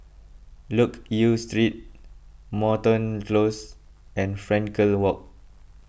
Loke Yew Street Moreton Close and Frankel Walk